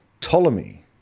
Ptolemy